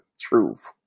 Truth